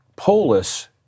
Polis